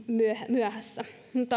myöhässä